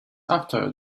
after